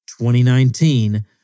2019